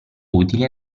utili